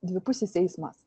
dvipusis eismas